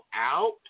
out